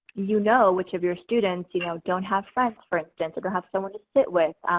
you know which of your students, you know don't have friends for instance, or don't have someone to sit with.